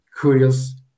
curious